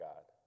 God